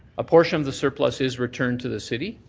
a portion of the surplus is returned to the city.